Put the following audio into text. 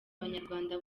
abanyarwanda